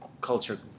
culture